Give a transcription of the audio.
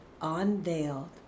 unveiled